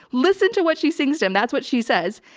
listen to what she sings to him. that's what she says.